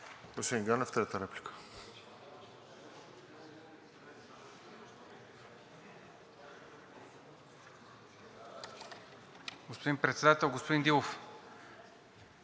Господин Председател! Господин Дилов,